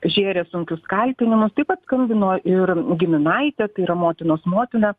žėrė sunkius kaltinimus taip pat skambino ir giminaitė tai yra motinos motina